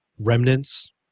remnants